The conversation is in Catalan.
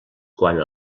quant